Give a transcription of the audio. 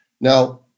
Now